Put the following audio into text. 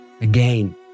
Again